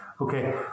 Okay